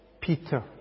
Peter